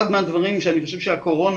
אחד מהדברים שאני חושב שהקורונה,